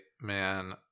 man